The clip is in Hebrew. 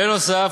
בנוסף,